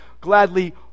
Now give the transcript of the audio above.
gladly